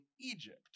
Egypt